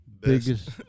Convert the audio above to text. biggest